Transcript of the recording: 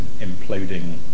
imploding